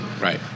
Right